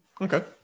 Okay